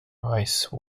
rice